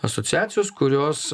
asociacijos kurios